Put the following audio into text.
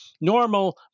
normal